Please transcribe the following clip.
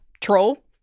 troll